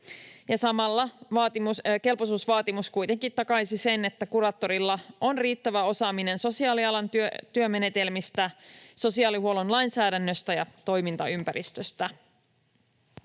Samalla kelpoisuusvaatimus kuitenkin takaisi sen, että kuraattorilla on riittävä osaaminen sosiaalialan työmenetelmistä, sosiaalihuollon lainsäädännöstä ja toimintaympäristöstä.